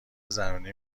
زنونه